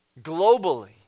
globally